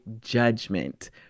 judgment